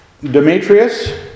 Demetrius